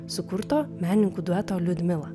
sukurto menininkų dueto liudmila